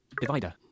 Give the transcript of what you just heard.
Divider